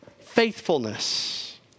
Faithfulness